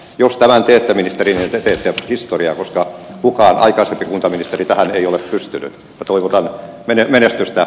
jos eläkettä ministeriltä pelkkä historia koska kukaan aikaisempi kuntaministeri tähän ei ole pystynyt toivotamme menee menestystä